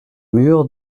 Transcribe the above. mur